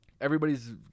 Everybody's